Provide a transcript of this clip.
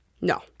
No